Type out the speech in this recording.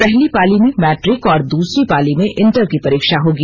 पहली पाली में मैट्रिक और दूसरी पाली में इंटर की परीक्षा होगी